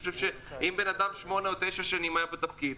אם בן אדם שמונה או תשע שנים היה בתפקיד,